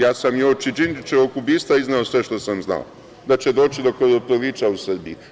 Ja sam i uoči Đinđićevog ubistva izneo sve što sam znao, da će doći do krvoprolića u Srbiji.